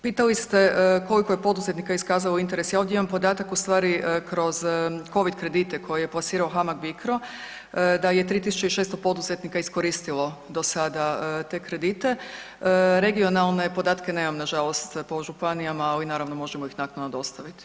Pitali ste koliko je poduzetnika iskazalo interes, ja ovdje imam podatak ustvari kroz Covid kredite koje je plasirao HAMAG Bicro, da je 3600 poduzetnika iskoristilo do sada te kredite, regionalne podatke nemam nažalost po županijama, ali naravno, možemo ih naknadno dostaviti.